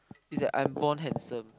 is that I'm born handsome